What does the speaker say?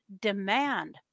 demand